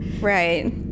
right